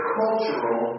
cultural